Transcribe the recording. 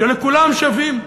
שכולם שווים: